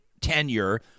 tenure